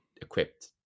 equipped